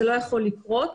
זה לא יכול לקרות.